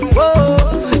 Whoa